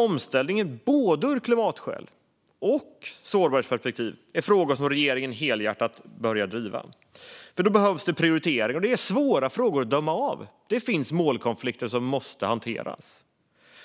Omställningen både av klimatskäl och ur sårbarhetsperspektivet är frågor som regeringen helhjärtat behöver driva. Då behövs det prioritering, och det är svåra frågor att döma av. Det finns målkonflikter som måste hanteras.